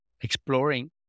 exploring